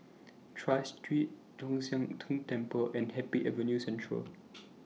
Tras Street Tong Sian Tng Temple and Happy Avenue Central